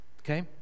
Okay